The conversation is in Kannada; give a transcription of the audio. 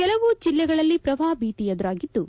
ಕೆಲವು ಜಿಲ್ಲೆಗಳಲ್ಲಿ ಪ್ರವಾಹ ಭೀತಿ ಎದುರಾಗಿದ್ದು